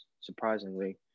surprisingly